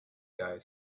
guy